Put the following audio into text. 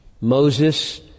Moses